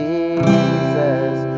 Jesus